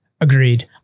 Agreed